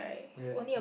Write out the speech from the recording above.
yes